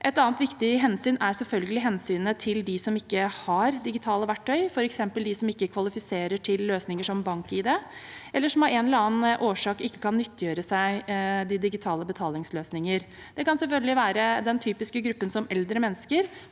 Et annet viktig hensyn er selvfølgelig hensynet til dem som ikke har digitale verktøy, f.eks. de som ikke kvalifiserer til løsninger som BankID, eller som av en eller annen årsak ikke kan nyttiggjøre seg digitale betalingsløsninger. Det kan selvfølgelig være den typiske gruppen, som eldre mennesker,